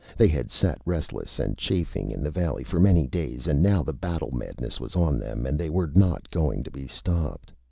they had sat restless and chafing in the valley for many days, and now the battle-madness was on them and they were not going to be stopped.